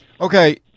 Okay